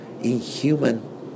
inhuman